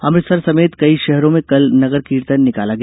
अमृतसर समेत कई शहरों में कल नगर कीर्तन निकाला गया